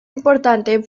importante